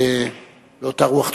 באותה הרוח.